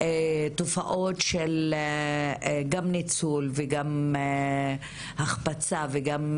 תופעות של גם ניצול וגם החפצה וגם